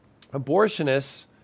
Abortionists